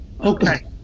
okay